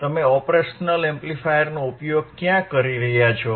તમે ઓપરેશનલ એમ્પ્લીફાયરનો ઉપયોગ ક્યાં કરી રહ્યા છો